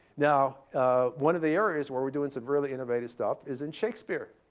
now one of the areas where we're doing some really innovative stuff is in shakespeare.